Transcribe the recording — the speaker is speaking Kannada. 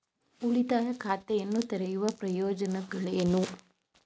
ಉಳಿತಾಯ ಖಾತೆಯನ್ನು ತೆರೆಯುವ ಪ್ರಯೋಜನಗಳೇನು?